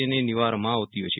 તેને નિવારવામાં આવતી હોય છે